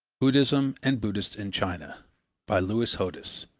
buddhism and buddhists in china by lewis hodous,